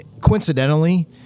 coincidentally